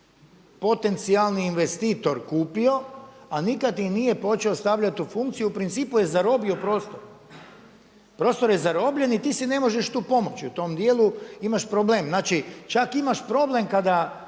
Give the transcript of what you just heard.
potencijalni investitor kupio a nikad ih nije počeo stavljati u funkciju, u principu je zarobio prostor. Prostor je zarobljen i ti si ne možeš tu pomoći u tom djelu, imaš problem. Znači čak imaš problem kada